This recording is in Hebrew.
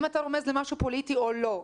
אם אתה רומז למשהו פוליטי או לא,